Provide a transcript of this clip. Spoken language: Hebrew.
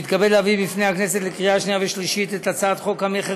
נספחות.] אנחנו עוברים להצעת חוק המכר